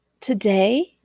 today